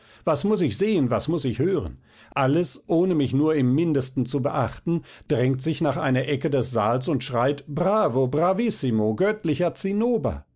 was muß ich sehen was muß ich hören alles ohne mich nur im mindesten zu beachten drängt sich nach einer ecke des saals und schreit bravo bravissimo göttlicher zinnober